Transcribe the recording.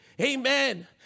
Amen